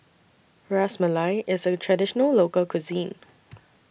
Ras Malai IS A Traditional Local Cuisine